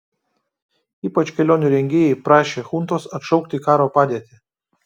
ypač kelionių rengėjai prašė chuntos atšaukti karo padėtį